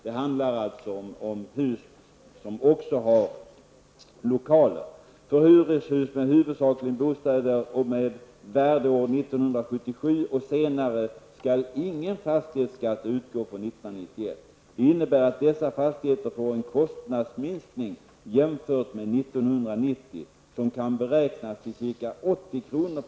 Det handlar alltså om hus som också har lokaler. För hyreshus med huvudsakligen bostäder och med värdeår 1977 och senare skall ingen fastighetsskatt utgå för 1991. Det innebär att dessa fastigheter får en kostnadsminskning jämfört med 1990. Den kan beräknas till ca 80 kr.